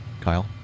Kyle